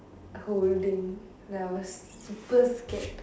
holding ya I was super scared